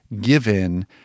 given